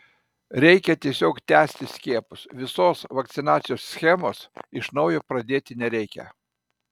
reikia tiesiog tęsti skiepus visos vakcinacijos schemos iš naujo pradėti nereikia